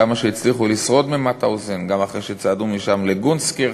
הכמה שהצליחו לשרוד ממאוטהאוזן אחרי שצעדו משם לגונסקירכן,